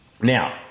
Now